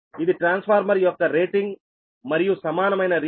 ఇది ట్రాన్స్ఫార్మర్ యొక్క రేటింగ్ మరియు సమానమైన రియాక్టన్స్ వచ్చి 0